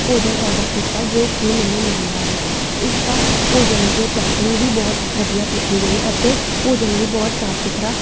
ਭੋਜਨ ਔਡਰ ਕੀਤਾ ਜੋ ਕਿ ਮੈਨੂੰ ਮਿਲਣਾ ਹੈ ਇਸ ਦਾ ਭੋਜਨ ਦੇ ਪੈਕਿੰਗ ਵੀ ਬਹੁਤ ਵਧੀਆ ਕੀਤੀ ਗਈ ਅਤੇ ਭੋਜਨ ਵੀ ਬਹੁਤ ਸਾਫ਼ ਸੁਥਰਾ